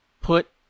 put